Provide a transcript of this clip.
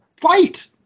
fight